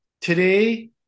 Today